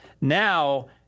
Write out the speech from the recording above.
Now